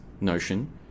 notion